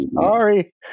sorry